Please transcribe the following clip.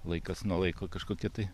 laikas nuo laiko kažkokie tai